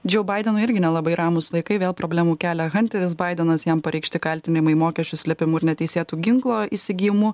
džou baidenui irgi nelabai ramūs laikai vėl problemų kelia hanteris baidenas jam pareikšti kaltinimai mokesčių slėpimu ir neteisėtu ginklo įsigijimu